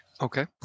Okay